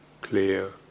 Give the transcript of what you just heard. clear